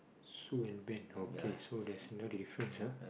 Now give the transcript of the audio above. Sue and Ben okay so there's no difference ah